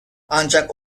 ancak